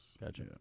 Gotcha